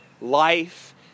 Life